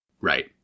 Right